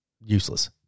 useless